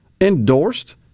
endorsed